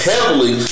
Heavily